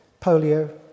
polio